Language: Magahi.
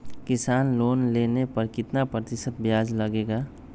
किसान लोन लेने पर कितना प्रतिशत ब्याज लगेगा?